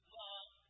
love